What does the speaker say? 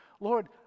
Lord